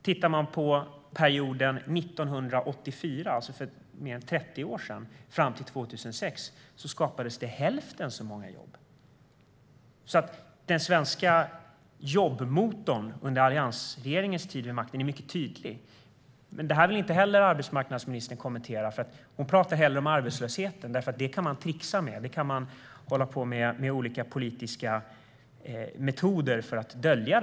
För perioden 1984, mer än 30 år sedan, fram till 2006 skapades det hälften så många jobb. Den svenska jobbmotorn under alliansregeringens tid vid makten är tydlig. Men detta vill inte heller arbetsmarknadsministern kommentera. Hon pratar hellre om arbetslösheten. Den kan man trixa med och använda olika politiska metoder för att dölja.